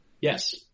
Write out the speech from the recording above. Yes